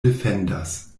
defendas